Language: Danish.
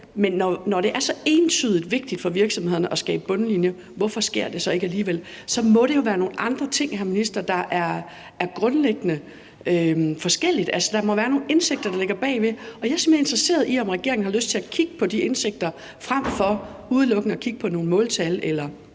Men når det er så entydigt vigtigt for virksomhederne at skabe mere på bundlinjen, hvorfor sker det så ikke alligevel? Så må det jo være nogle andre ting, hr. minister, der er grundlæggende forskellige, altså der må være nogle indsigter, der ligger bagved. Og jeg er simpelt hen interesseret i at høre, om regeringen har lyst til at kigge på de indsigter frem for udelukkende at kigge på nogle måltal eller